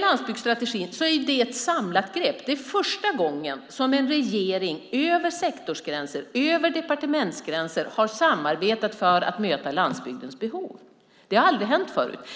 Landsbygdsstrategin är ett samlat grepp. Det är första gången som en regering har samarbetat över sektorsgränser och över departementsgränser för att möta landsbygdens behov. Det har aldrig hänt förut.